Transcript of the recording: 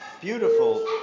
Beautiful